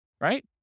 right